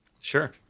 Sure